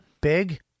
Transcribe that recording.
Big